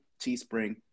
Teespring